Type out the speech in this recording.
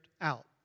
out